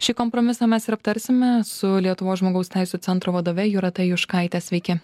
šį kompromisą mes ir aptarsime su lietuvos žmogaus teisių centro vadove jūrate juškaite sveiki